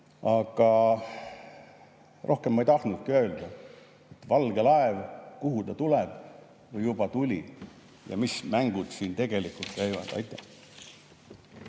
taga. Rohkem ma ei tahtnudki öelda. Valge laev, kuhu ta tuleb või juba tuli ja mis mängud siin tegelikult käivad? Aitäh!